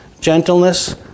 gentleness